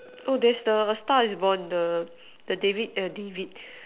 oh there's the a star is born the the David eh David